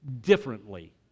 differently